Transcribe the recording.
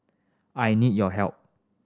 I need your help